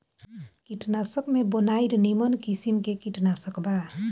कीटनाशक में बोनाइड निमन किसिम के कीटनाशक बा